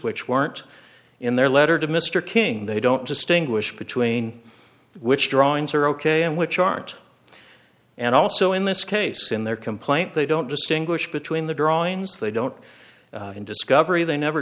which weren't in their letter to mr king they don't distinguish between which drawings are ok and which aren't and also in this case in their complaint they don't distinguish between the drawings they don't and discovery they never